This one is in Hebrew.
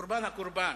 קורבן הקורבן?